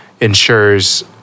ensures